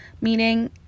Meaning